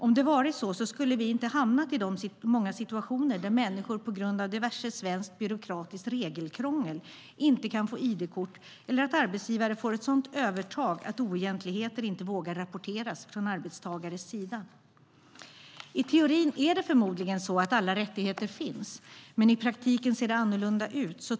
Om det hade varit så hade vi inte hamnat i de många situationer där människor på grund av diverse svenskt byråkratiskt regelkrångel inte kan få ID-kort eller där arbetsgivare får ett sådant övertag att man från arbetstagarens sida inte vågar rapportera oegentligheter. I teorin är det förmodligen så att alla rättigheter finns, men i praktiken ser det annorlunda ut.